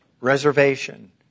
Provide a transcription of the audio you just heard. Reservation